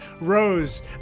rose